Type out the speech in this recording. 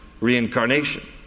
reincarnation